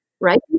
Right